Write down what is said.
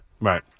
Right